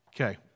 Okay